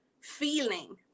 feeling